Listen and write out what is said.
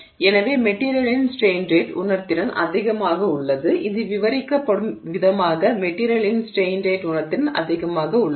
எனவே மெட்டிரியலின் strain rate உணர்திறன் அதிகமாக உள்ளது இது விவரிக்கப்படும் விதமாக மெட்டிரியலின் ஸ்ட்ரெய்ன் ரேட் உணர்திறன் அதிகமாக உள்ளது